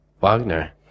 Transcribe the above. Wagner